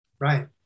right